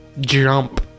jump